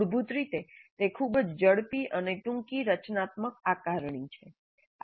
મૂળભૂત રીતે તે ખૂબ જ ઝડપી અને ટૂંકી રચનાત્મક આકારણી છે